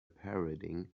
parading